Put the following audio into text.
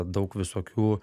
daug visokių